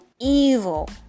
evil